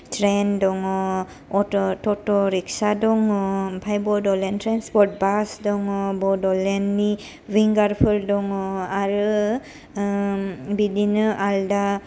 train दङ अट' तत' रिक्सा दङ ओमफाय बड'लेण्ड त्रेन्सपर्त बास दङ बडलेण्डिनि विंगारफोर दङ आरो ओम बिदिनो आलदा